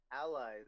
Allies